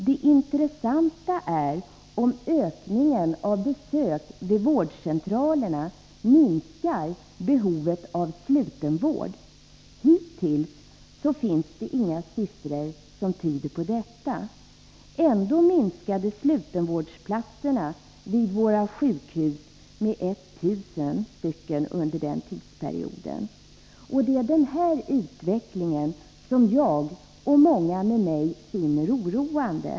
Det intressanta är om ökningen av antalet besök vid vårdcentralerna minskar behovet av sluten vård. Hittills finns inga siffror som tyder på detta. Ändå minskade slutenvårdsplatserna vid våra sjukhus med 1 000 under den tidsperiod det här gäller. Och det är den utvecklingen som jag och många med mig finner oroande.